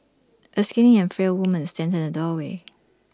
A skinny and frail woman stands in the doorway